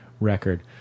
record